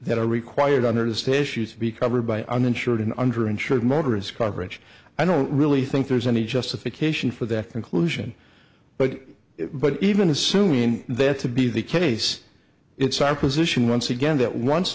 that are required under the state's use to be covered by uninsured and under insured motorists coverage i don't really think there's any justification for that conclusion but but even assuming that to be the case it's our position once again that once